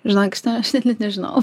žinok šito aš net net nežinojau